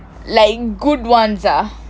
like good ones ah